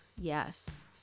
yes